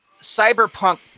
cyberpunk